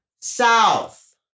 south